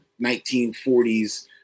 1940s